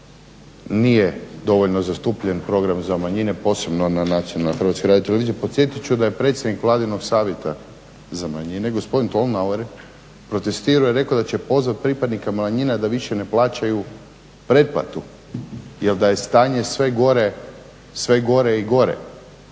nije dovoljno zastupljen program za manjine, posebno na nacionalnoj HRT-u. Podsjetit ću da je predsjednik vladinog savjeta za manjine gospodin Tolnauer protestirao i rekao da će pozvat pripadnike manjine da više ne plaćaju pretplatu jer da je stanje sve gore i gore.